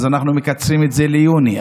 אנחנו מקצרים את זה ליוני,